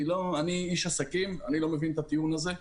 אני איש עסקים ואני לא מבין את הטיעון הזה.